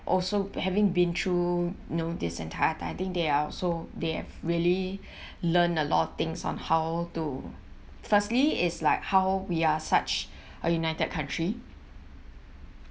also having been through know this entire time they are so they have really learn a lot of things on how to firstly is like how we're such a united country